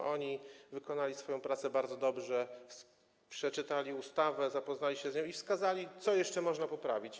A oni wykonali swoją pracę bardzo dobrze, przeczytali ustawę, zapoznali się z nią i wskazali, co jeszcze można poprawić.